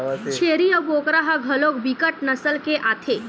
छेरीय अऊ बोकरा ह घलोक बिकट नसल के आथे